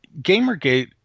Gamergate